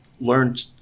learned